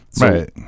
Right